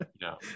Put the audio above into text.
no